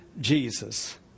Jesus